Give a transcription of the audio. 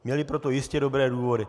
Měli proto jistě dobré důvody.